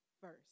first